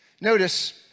Notice